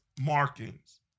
markings